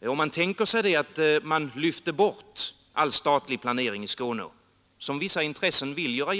och att man lyfter bort all statlig planering i Skåne, något som vissa intressen vill göra.